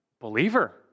believer